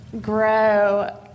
grow